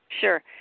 Sure